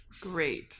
Great